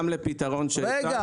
גם לפתרון שנתנו --- רגע,